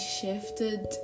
shifted